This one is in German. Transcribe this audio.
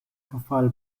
verfall